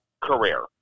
career